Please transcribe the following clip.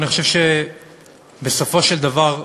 אני חושב שבסופו של דבר,